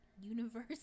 universe